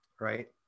right